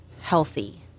healthy